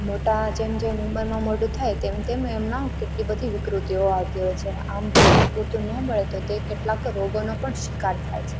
મોટા જેમ જેમ ઉમરમાં મોટું થાય તેમ તેમ એમના કેટલી બધી વિકૃતિઓ આવતી હોય છે આમ ભોજન પૂરતું ન મળે તો તે કેટલાક રોગોનો પણ શિકાર થાય છે